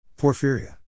porphyria